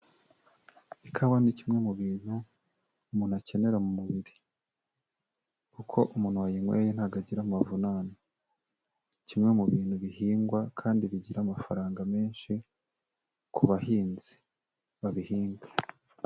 Ikawa ni kimwe mu bintu umuntu akenera mu mubiri kuko umuntu wayinyweye ntago agira amavunane. Ni kimwe mu bintu bihingwa kandi bigira amafaranga menshi ku bahinzi babihinga.